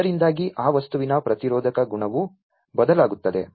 ಇದರಿಂದಾಗಿ ಆ ವಸ್ತುವಿನ ಪ್ರತಿರೋಧಕ ಗುಣವು ಬದಲಾಗುತ್ತದೆ